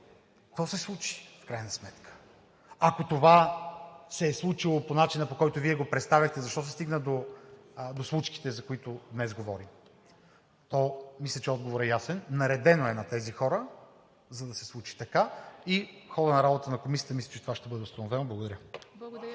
какво се случи в крайна сметка? Ако това се е случило по начина, по който Вие го представяхте, защо се стигна до случките, за които говорим днес? Мисля, че отговорът е ясен: наредено е на тези хора, за да се случи така и в хода на работа на комисията мисля, че това ще бъде установено. Благодаря.